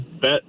bet